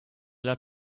lot